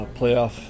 playoff